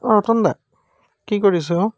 অঁ ৰতন দা কি কৰি আছে অ'